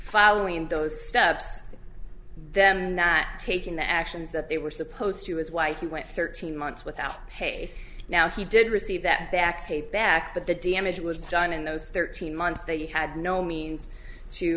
following those steps then that taking the actions that they were supposed to do is why he went thirteen months without pay now he did receive that back pay back but the damage was done in those thirteen months they had no means to